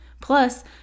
Plus